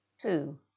two